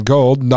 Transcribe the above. Gold